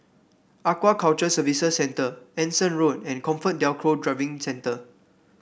Aquaculture Services Centre Anson Road and ComfortDelGro Driving Centre